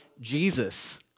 Jesus